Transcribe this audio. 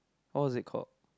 what was it called